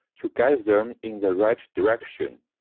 to guide them in the right direction.